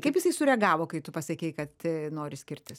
kaip jisai sureagavo kai tu pasakei kad nori skirtis